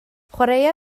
chwaraea